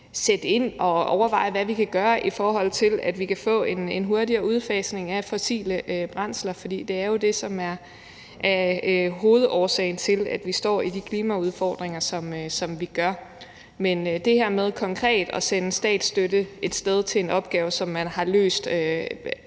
Vi skal overveje, hvad vi kan gøre, i forhold til at vi kan få en hurtigere udfasning af fossile brændsler, for det er jo det, som er hovedårsagen til, at vi står med de klimaudfordringer, som vi gør. Men det her med konkret at sende statsstøtte af sted til en opgave, som man har løst